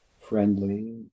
friendly